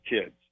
kids